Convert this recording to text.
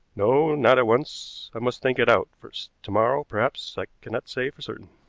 no, not at once. i must think it out first. to-morrow, perhaps. i cannot say for certain.